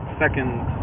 second